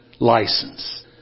License